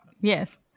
Yes